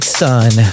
sun